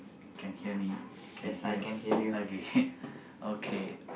can hear me can hear okay okay